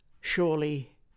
Surely